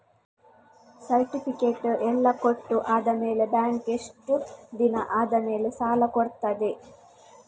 Certificate ಎಲ್ಲಾ ಕೊಟ್ಟು ಆದಮೇಲೆ ಬ್ಯಾಂಕ್ ಎಷ್ಟು ದಿನ ಆದಮೇಲೆ ಸಾಲ ಕೊಡ್ತದೆ?